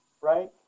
right